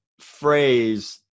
phrase